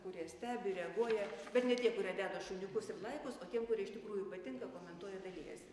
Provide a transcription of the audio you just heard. kurie stebi reaguoja bet ne tie kurie deda šuniukus ir laikus o tiem kurie iš tikrųjų patinka komentuoja dalijasi